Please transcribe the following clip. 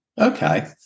Okay